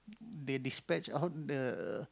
they dispatch out the